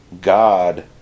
God